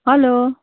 hello